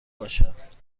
باشد